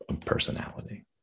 personality